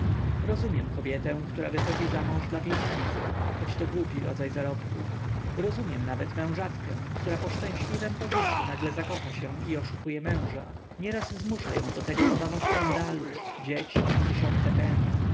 rozumiem kobietę która wychodzi zamąż dla pieniędzy choć to głupi rodzaj zarobku rozumiem nawet mężatkę która po szczęśliwem pożyciu nagle zakocha się i oszukuje męża nieraz zmusza ją do tego obawa skandalu dzieci tysiące